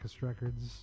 Records